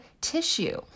tissue